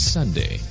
Sunday